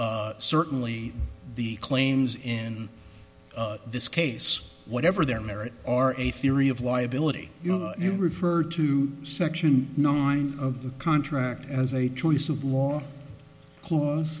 certainly the claims in this case whatever their merit are a theory of liability you referred to section nine of the contract as a choice of law cla